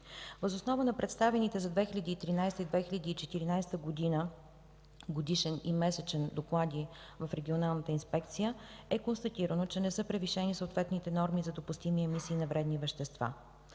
Въз основа на представените за 2013-а и 2014 г. годишен и месечни доклади в Регионалната инспекция, е констатирано, че не са превишени съответните норми за допустими емисии на вредни вещества.